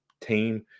team